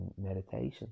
meditation